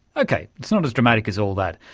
okay, it's not as dramatic as all that.